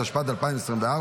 התשפ"ד 2024,